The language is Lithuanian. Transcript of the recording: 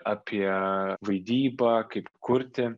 apie vaidybą kaip kurti